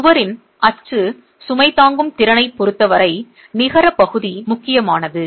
சுவரின் அச்சு சுமை தாங்கும் திறனைப் பொருத்தவரை நிகரப் பகுதி முக்கியமானது